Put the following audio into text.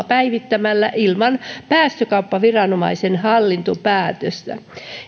päivittämällä ilman päästökauppaviranomaisen hallintopäätöstä